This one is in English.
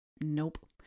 Nope